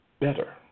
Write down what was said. Better